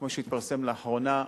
כמו שהתפרסם לאחרונה,